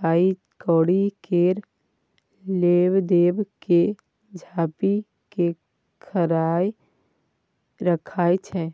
पाइ कौड़ी केर लेब देब केँ झांपि केँ राखय छै